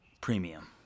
premium